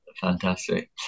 Fantastic